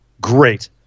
great